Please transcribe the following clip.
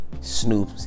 Snoop